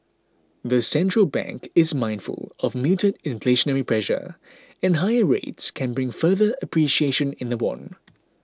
the central bank is mindful of muted inflationary pressure and higher rates can bring further appreciation in the won